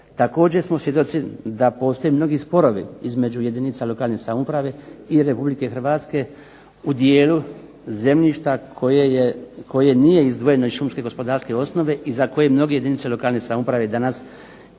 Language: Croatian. Također smo svjedoci da postoje mnogi sporovi između jedinica lokalne samouprave i Republike Hrvatske u dijelu zemljišta koje nije izdvojeno iz šumske gospodarske osnove i za koje mnoge jedinice lokalne samouprave danas